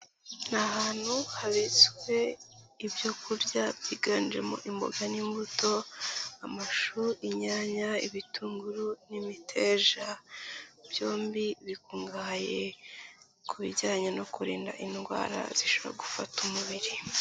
Ni ahantu habitswe ibyo kurya byiganjemo imboga n'imbuto, amashu, inyanya, ibitunguru n'imiteja, byombi bikungahaye ku bijyanye no kurinda indwara zishobora gufata umubiri.